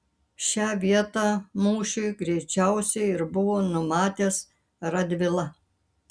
šią vietą mūšiui greičiausiai ir buvo numatęs radvila